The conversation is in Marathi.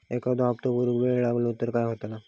एखादो हप्तो भरुक वेळ लागलो तर काय होतला?